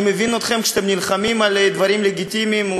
אני מבין אתכם כשאתם נלחמים על דברים לגיטימיים,